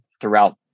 throughout